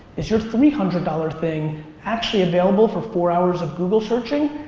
is your three hundred dollars thing actually available for four hours of google searching?